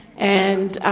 and